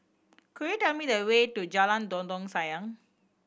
could you tell me the way to Jalan Dondang Sayang